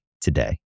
today